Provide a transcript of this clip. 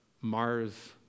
Mars